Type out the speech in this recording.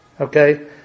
Okay